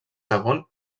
segon